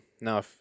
Now